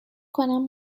کنم